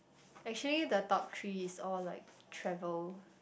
actually the top three is all like travel